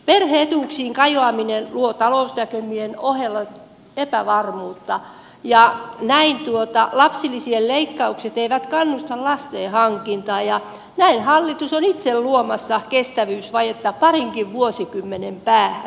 perhe etuuksiin kajoaminen luo talousnäkymien ohella epävarmuutta ja näin lapsilisien leikkaukset eivät kannusta lasten hankintaan ja näin hallitus on itse luomassa kestävyysvajetta parinkin vuosikymmenen päähän